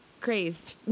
crazed